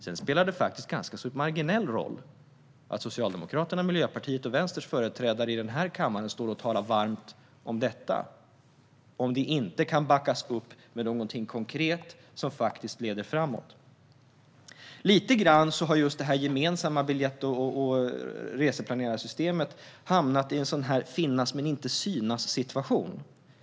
Det spelar en marginell roll att Socialdemokraternas, Miljöpartiets och Vänsterns företrädare står här i kammaren och talar varmt om detta om det inte backas upp med någonting konkret som faktiskt leder framåt. Lite grann har det gemensamma biljett och reseplaneringssystemet hamnat i en "finns men syns inte"-situation.